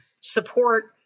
support